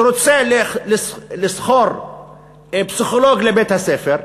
שרוצה לשכור פסיכולוג לבית-הספר,